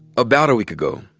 about a week ago,